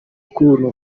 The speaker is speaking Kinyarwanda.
ukuntu